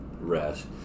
rest